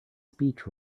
speech